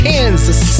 Kansas